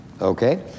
Okay